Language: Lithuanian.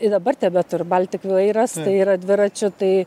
ir dabar tebeturi baltik vairas tai yra dviračių tai